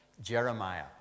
Jeremiah